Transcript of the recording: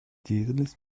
деятельность